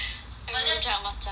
and tried macam is it